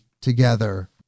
together